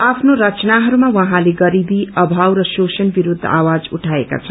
आफ्नो रचनाहरूमा उहाँले गरीबी अभाव र शोषण विरूद्ध आवाज उठाएका छन्